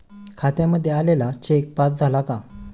खात्यामध्ये आलेला cheque pass झाला का?